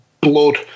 Blood